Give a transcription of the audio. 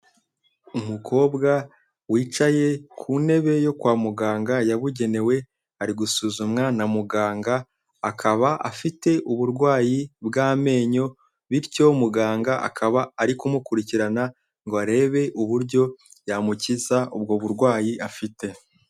Umukobwa wicaye ku ntebe yo kwa muganga yabugenewe, ari gusuzumwa na muganga, akaba afite uburwayi bw'amenyo bityo muganga akaba ari kumukurikirana ngo arebe uburyo yamukiza ubwo burwayi afite.